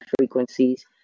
frequencies